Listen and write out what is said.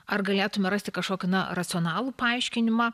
ar galėtume rasti kažkokį racionalų paaiškinimą